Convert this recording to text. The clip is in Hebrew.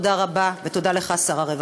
תודה רבה, ותודה לך, שר הרווחה.